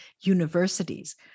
universities